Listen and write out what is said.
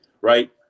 right